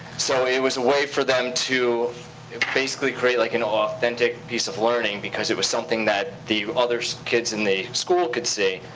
so it was a way for them to basically create like an authentic piece of learning, because it was something that the other kids in the school could see,